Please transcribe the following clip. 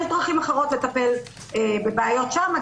יש דרכים אחרות לטפל בבעיות שם.